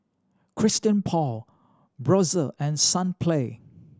Christian Paul Brotzeit and Sunplay